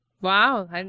Wow